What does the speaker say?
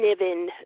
Niven